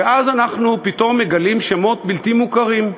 ואז אנחנו פתאום מגלים שמות בלתי מוכרים: